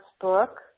book